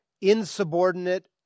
insubordinate